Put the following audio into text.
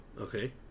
Okay